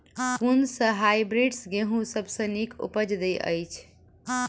कुन सँ हायब्रिडस गेंहूँ सब सँ नीक उपज देय अछि?